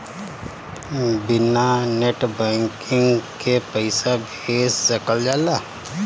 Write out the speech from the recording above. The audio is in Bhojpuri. बिना नेट बैंकिंग के पईसा भेज सकल जाला?